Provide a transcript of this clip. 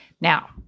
Now